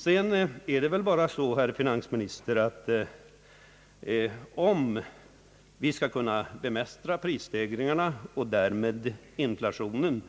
Sedan är det väl bara så, herr finansminister, att om vi skall kunna bemästra prisstegringarna och därmed inflationen